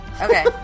Okay